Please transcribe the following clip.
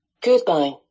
Goodbye